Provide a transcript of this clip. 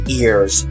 ears